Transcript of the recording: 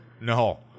No